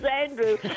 Andrew